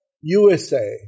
USA